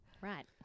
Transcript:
Right